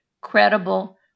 credible